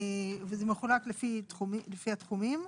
וזה מחולק לפי התחומים.